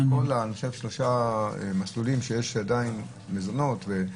כל 3 המסלולים שיש עדיין: מזונות,